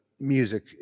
music